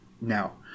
now